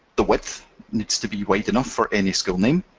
the width needs to be wide enough for any school name,